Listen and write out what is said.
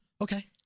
okay